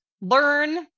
learn